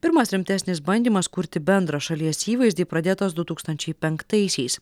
pirmas rimtesnis bandymas kurti bendrą šalies įvaizdį pradėtas du tūkstančiai penktaisiais